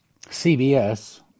CBS